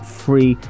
free